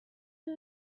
you